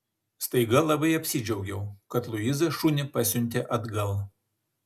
staiga labai apsidžiaugiau kad luiza šunį pasiuntė atgal